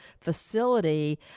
facility